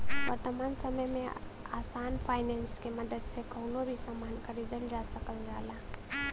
वर्तमान समय में आसान फाइनेंस के मदद से कउनो भी सामान खरीदल जा सकल जाला